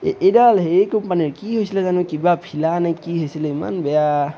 এই এইডাল হেৰি কোম্পানীৰ কি হৈছিলে জানো কিবা ফিলা নে কি হৈছিলে ইমান বেয়া